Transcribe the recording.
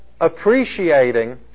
appreciating